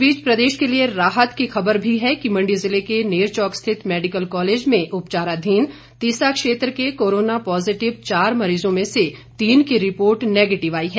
इस बीच प्रदेश के लिए राहत खबर भी है कि मंडी जिले के नैरचोक स्थित मेडिकल कॉलेज में उपचाराधीन तीसा क्षेत्र के कोरोना पॉजिटिव चार मरीजों में से तीन की रिपोर्ट नेगिटिव आई है